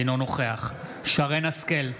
אינו נוכח שרן מרים השכל,